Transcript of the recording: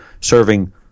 serving